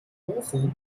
bochum